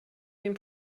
den